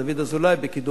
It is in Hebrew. בקידום החקיקה הזאת.